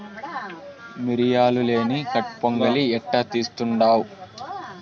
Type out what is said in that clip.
మిరియాలు లేని కట్పు పొంగలి ఎట్టా తీస్తుండావ్